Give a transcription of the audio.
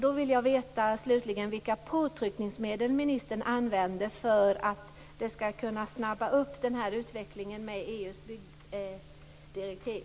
Vilka påtryckningsmedel använder ministern för att kunna snabba upp utvecklingen av EU:s byggproduktdirektiv?